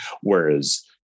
Whereas